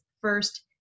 first